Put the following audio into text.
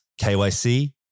KYC